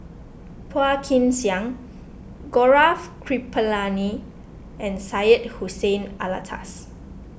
Phua Kin Siang Gaurav Kripalani and Syed Hussein Alatas